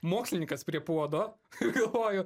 mokslininkas prie puodo galvoju